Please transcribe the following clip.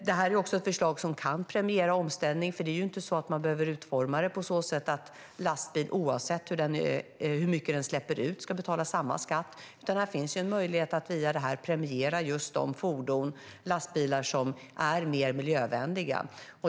Det är också ett förslag som kan premiera omställning. Det är inte så att man behöver utforma det på så sätt att en lastbil oavsett hur mycket den släpper ut ska betala samma skatt. Här finns en möjlighet att via det här premiera de fordon och lastbilar som är mer miljövänliga.